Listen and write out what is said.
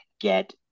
get